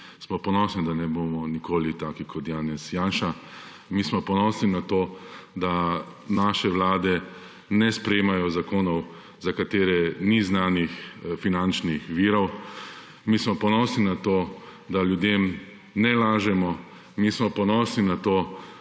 smo ponosni, da ne bomo nikoli taki kot Janez Janša. Mi smo ponosni na to, da naše vlade ne sprejemajo zakonov, za katere ni znanih finančnih virov. Mi smo ponosni na to, da ljudem ne lažemo. Mi smo ponosni na to,